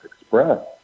Express